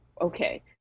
okay